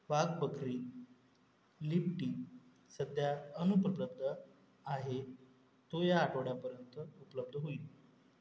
वाघ Bakri leaf tea सध्या अनुपलब्ध आहे तो ह्या आठवड्यापर्यंत उपलब्ध होईल